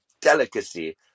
delicacy